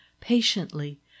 patiently